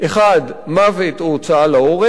1. מוות או הוצאה להורג,